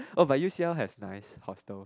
oh but U_C_L has nice hostels